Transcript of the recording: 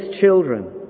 children